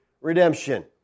redemption